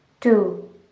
two